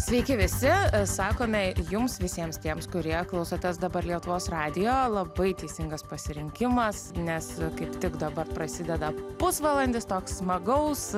sveiki visi sakome jums visiems tiems kurie klausotės dabar lietuvos radijo labai teisingas pasirinkimas nes kaip tik dabar prasideda pusvalandis toks smagaus